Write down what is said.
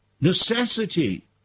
Necessity